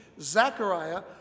Zachariah